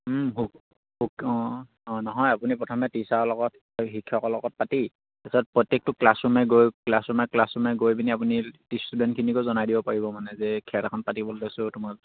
অঁ অঁ নহয় আপুনি প্ৰথম টিচাৰৰ লগত শিক্ষকৰ লগত পাতি তাৰপিছত প্ৰত্যেকটো ক্লাছৰুমে গৈ ক্লাছৰুমে ক্লাছৰুমে গৈ পিনি আপুনি ষ্টুডেণ্টখিনিকো জনাই দিব পাৰিব মানে যে খেল এখন পাতিব লৈছোঁ তোমাৰ